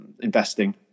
investing